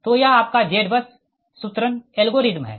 तो यह आपका Z बस सूत्रण एल्गोरिदम है